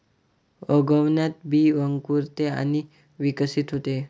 उगवणात बी अंकुरते आणि विकसित होते